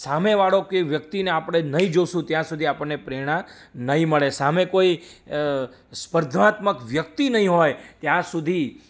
સામેવાળો કે વ્યક્તિને આપણે નહીં જોઈશુ ત્યાં સુધી આપણને પ્રેરણા નહીં મળે સામે કોઈ સ્પર્ધાત્મક વ્યક્તિ નહીં હોય ત્યાં સુધી